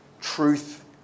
Truth